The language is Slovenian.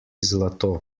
zlato